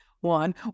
one